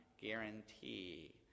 guarantee